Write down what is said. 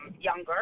younger